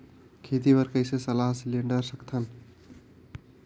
खेती बर कइसे सलाह सिलेंडर सकथन?